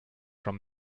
from